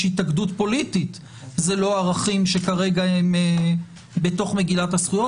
התאגדות פוליטית זה לא ערכים שכרגע הם בתוך מגילת הזכויות.